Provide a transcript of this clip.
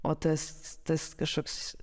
o tas tas kažkoks